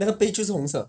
那个杯就是红色